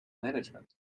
management